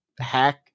hack